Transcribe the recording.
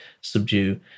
subdue